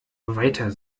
weiter